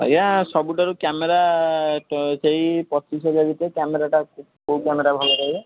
ଆଜ୍ଞା ସବୁଠାରୁ କ୍ୟାମେରା ସେଇ ପଚିଶହଜାର ଭିତରେ କ୍ୟାମେରାଟା କୋଉ କ୍ୟାମେରା ଭଲ ରହିବ